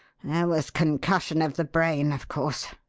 was concussion of the brain, of course.